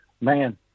man